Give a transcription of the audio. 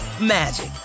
magic